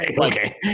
Okay